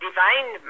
Divine